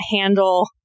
handle